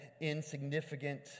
insignificant